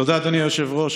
תודה, אדוני היושב-ראש.